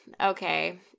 okay